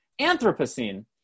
Anthropocene